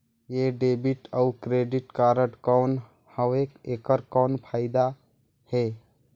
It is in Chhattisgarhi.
ये डेबिट अउ क्रेडिट कारड कौन हवे एकर कौन फाइदा हे?